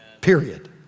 Period